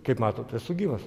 kaip matot esu gyvas